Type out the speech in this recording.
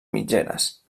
mitgeres